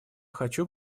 хочу